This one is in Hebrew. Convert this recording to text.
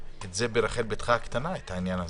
אני עדיין אומר,